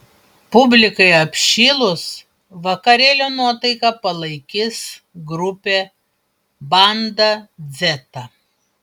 publikai apšilus vakarėlio nuotaiką palaikys grupė banda dzeta